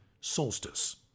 Solstice